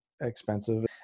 expensive